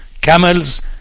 Camels